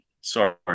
sorry